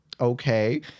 okay